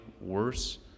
worse